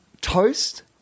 Toast